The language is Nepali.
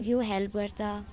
यू हेल्प गर्छ